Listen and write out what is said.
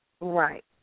Right